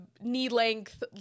knee-length